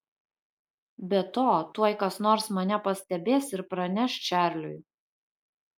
be to tuoj kas nors mane pastebės ir praneš čarliui